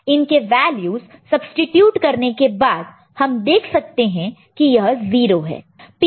इनके values substitute करने के बाद हम देख सकते कि यह 0 है